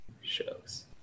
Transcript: shows